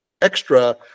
extra